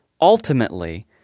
Ultimately